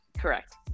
Correct